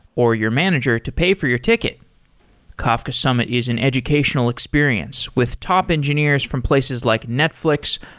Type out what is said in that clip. or your manager to pay for your ticket kafka summit is an educational experience with top engineers from places like netflix,